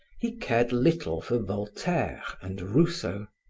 he cared little for voltaire and rousseau,